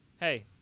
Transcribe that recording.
hey